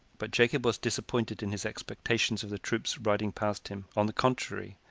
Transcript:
but jacob was disappointed in his expectations of the troops riding past him on the contrary,